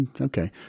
okay